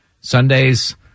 Sunday's